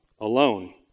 alone